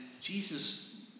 Jesus